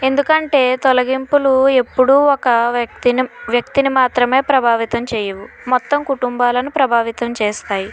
ఎందుకంటే తొలగింపులు ఎప్పుడూ ఒక వ్యక్తిని మాత్రమే ప్రభావితం చేయవు మొత్తం కుటుంబాలను ప్రభావితం చేస్తాయి